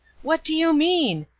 what do you mean?